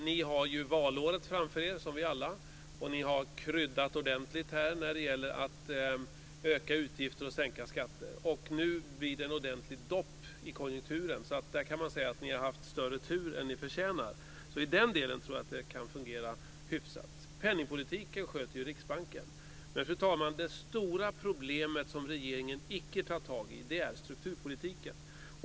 Ni har ju valåret framför er, som vi alla. Ni har kryddat ordentligt när det gäller att öka utgifter och sänka skatter. Nu blir det ett ordentligt dopp i konjunkturen. Där kan man säga att ni har haft större tur än ni förtjänar. I den delen tror jag att det kan fungera hyfsat. Penningpolitiken sköter ju Riksbanken. Fru talman! Det stora problem som regeringen inte tar tag i är strukturpolitiken.